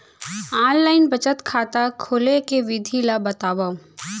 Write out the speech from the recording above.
Online बचत खाता खोले के विधि ला बतावव?